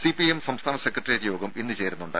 CPIM സംസ്ഥാന secretariat യോഗം ഇന്ന് ചേരുന്നുണ്ട്